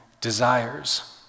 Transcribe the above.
desires